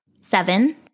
Seven